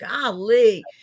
golly